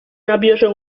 nabierze